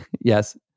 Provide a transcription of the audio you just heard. Yes